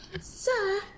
Sir